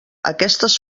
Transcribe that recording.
aquestes